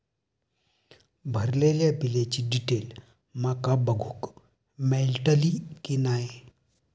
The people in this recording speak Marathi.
भरलेल्या बिलाची डिटेल माका बघूक मेलटली की नाय?